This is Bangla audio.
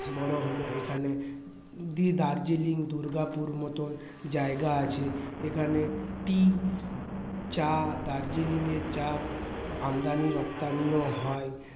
বড় হল এখানে দার্জিলিং দুর্গাপুর মতন জায়গা আছে এখানে টি চা দার্জিলিংয়ের চা আমদানি রপ্তানিও হয়